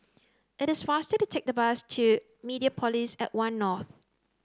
it is faster to take the bus to Mediapolis at One North